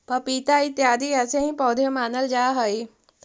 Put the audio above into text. पपीता इत्यादि ऐसे ही पौधे मानल जा हई